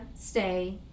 stay